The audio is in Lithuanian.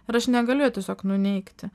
ir aš negaliu jo tiesiog nuneigti